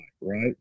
right